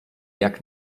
jak